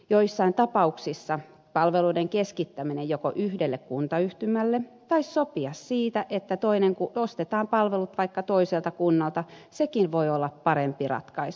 joissain tapauksissa palveluiden keskittäminen joko yhdelle kuntayhtymälle tai siitä sopiminen että ostetaan palvelut vaikka toiselta kunnalta voi olla parempi ratkaisu